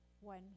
one